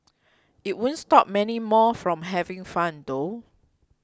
it won't stop many more from having fun though